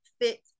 fit